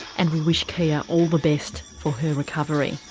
and we wish kia all the best for her recovery.